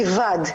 לבד,